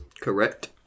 correct